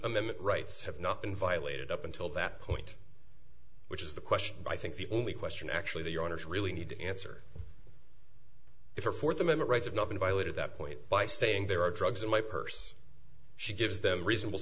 amendment rights have not been violated up until that point which is the question i think the only question actually the owners really need to answer if their fourth amendment rights have not been violated that point by saying there are drugs in my purse she gives them reasonable